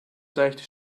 seichte